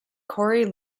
cory